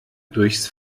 durchs